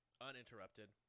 uninterrupted